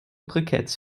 briketts